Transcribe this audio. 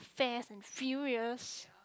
fast and furious